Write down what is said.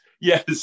Yes